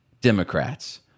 Democrats